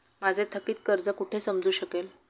माझे थकीत कर्ज कुठे समजू शकेल?